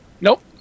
Nope